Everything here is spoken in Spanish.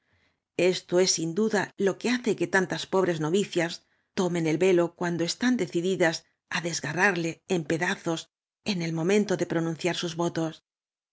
proyecto esto sin duda lo que hace que tantas pobres novicias tomen el velo cuando están decididas á desbarrarle en pedamos en el momento de pronunciar sus vo